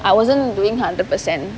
I wasn't doing hundred percent